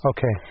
Okay